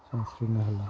सानस्रिनो हाला